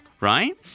right